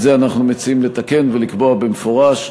את זה אנחנו מציעים לתקן, ולקבוע במפורש,